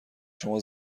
شما